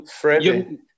Freddie